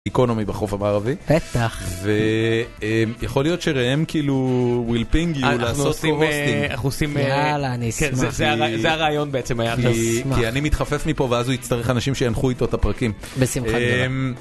אקונומי בחוף המערבי, ויכול להיות שריהם כאילו ווילפינג יהיו לעשות פרוסטינג, זה הרעיון בעצם היה, כי אני מתחפף מפה ואז הוא יצטרך אנשים שינחו איתו את הפרקים.